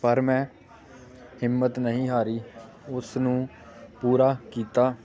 ਪਰ ਮੈਂ ਹਿੰਮਤ ਨਹੀਂ ਹਾਰੀ ਉਸ ਨੂੰ ਪੂਰਾ ਕੀਤਾ